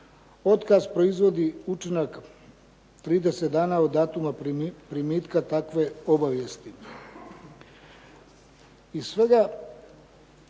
Otkaz proizvodi učinak 30 dana od datuma primitka takve obavijesti.